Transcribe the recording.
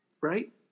Right